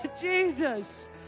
Jesus